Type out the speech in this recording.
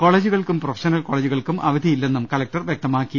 കോളേജുകൾക്കും professional കോളേജുകൾക്കും അവധി ഇല്ലെന്നും കലക്ടർ അറിയിച്ചു